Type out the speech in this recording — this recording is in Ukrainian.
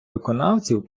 виконавців